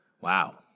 Wow